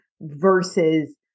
versus